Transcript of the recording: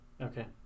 Okay